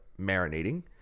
marinating